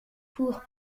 pour